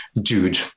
dude